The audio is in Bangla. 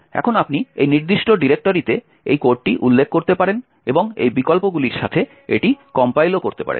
এখন আপনি এই নির্দিষ্ট ডিরেক্টরিতে এই কোডটি উল্লেখ করতে পারেন এবং এই বিকল্পগুলির সাথে এটি কম্পাইল করতে পারেন